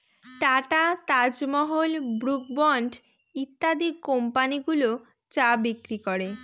tata, Taj Mahal, Brooke Bond ইত্যাদি company গুলো চা বিক্রি করে